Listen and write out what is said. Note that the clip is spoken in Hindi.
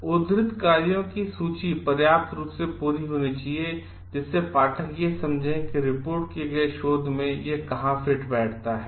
उद्धृत कार्यों की सूची पर्याप्त रूप से पूरी होनी चाहिए जिससे पाठक यह समझें कि रिपोर्ट किए गए शोध में यह कहाँ फिट बैठता है